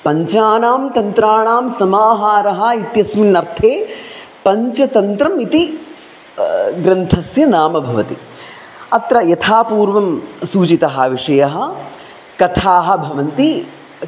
पञ्चानां तन्त्राणां समाहारः इत्यस्मिन् अर्थे पञ्चतन्त्रम् इति ग्रन्थस्य नाम भवति अत्र यथापूर्वं सूचिताः विषयाः कथाः भवन्ति